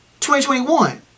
2021